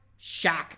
Shaq